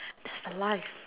that's the life